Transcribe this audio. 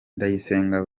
ndayisenga